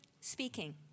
speaking